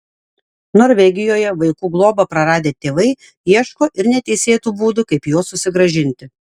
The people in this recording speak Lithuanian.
norvegijoje vaikų globą praradę tėvai ieško ir neteisėtų būdų kaip juos susigrąžinti